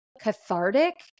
cathartic